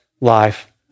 life